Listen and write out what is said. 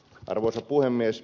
arvoisa puhemies